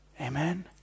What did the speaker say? Amen